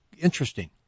interesting